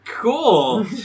Cool